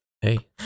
hey